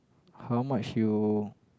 how much you